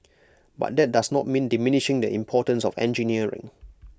but that does not mean diminishing that importance of engineering